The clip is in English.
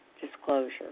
Disclosure